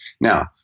Now